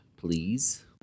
please